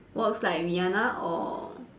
walks like Rihanna or